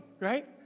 right